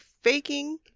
faking